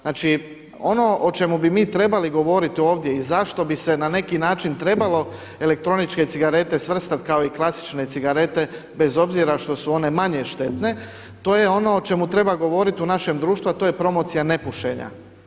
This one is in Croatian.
Znači ono o čemu bi mi trebali govoriti ovdje i zašto bi se na neki način trebalo elektroničke cigarete svrstati kao i klasične cigarete bez obzira što su one manje štetne, to je ono o čemu treba govoriti u našem društvu, a to je promocija nepušenja.